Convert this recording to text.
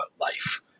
life